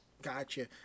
Gotcha